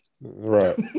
Right